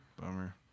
Bummer